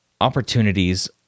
opportunities